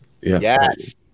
Yes